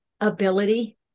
ability